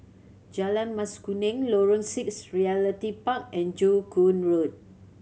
Jalan Mas Kuning Lorong Six Realty Park and Joo Koon Road